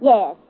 Yes